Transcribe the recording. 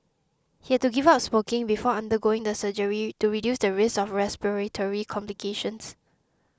he had to give up smoking before undergoing the surgery to reduce the risk of respiratory complications